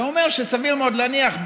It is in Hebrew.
ואומר שסביר מאוד להניח,